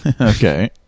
Okay